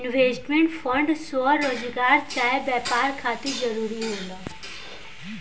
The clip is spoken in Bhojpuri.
इन्वेस्टमेंट फंड स्वरोजगार चाहे व्यापार खातिर जरूरी होला